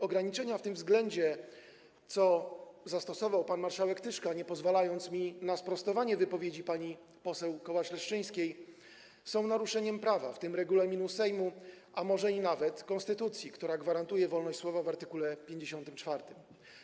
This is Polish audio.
Ograniczenia w tym względzie, które zastosował pan marszałek Tyszka, nie pozwalając mi na sprostowanie wypowiedzi pani poseł Kołacz-Leszczyńskiej, są naruszeniem prawa, w tym regulaminu Sejmu, a może i nawet konstytucji, która gwarantuje wolność słowa w art. 54.